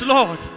Lord